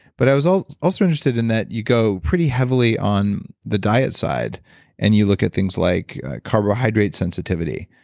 but i was also also interested in that you go pretty heavily on the diet side and you look at things like carbohydrate sensitivity,